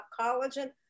collagen